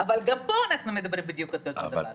אבל גם פה אנחנו מדברים בדיוק על אותו דבר.